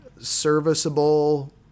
serviceable